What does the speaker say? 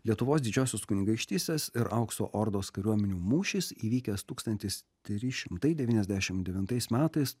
lietuvos didžiosios kunigaikštystės ir aukso ordos kariuomenių mūšis įvykęs tūkstantis trys šimtai devyniasdešim devintais metais